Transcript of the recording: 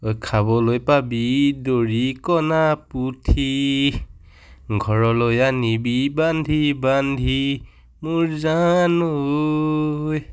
ঐ খাবলৈ পাবি দৰিকণা পুঠি ঘৰলৈ আনিবি বান্ধি বান্ধি মোৰ জান ঐ